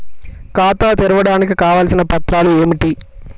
ఖాతా తెరవడానికి కావలసిన పత్రాలు ఏమిటి?